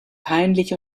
peinlich